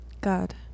God